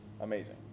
amazing